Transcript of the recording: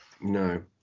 No